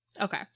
Okay